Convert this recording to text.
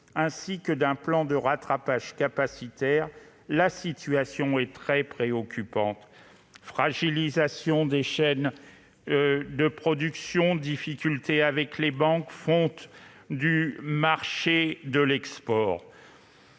ainsi qu'un plan de rattrapage capacitaire, la situation est très préoccupante : fragilisation des chaînes de production, difficultés avec les banques, fonte des marchés à l'export,